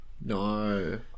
No